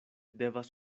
devas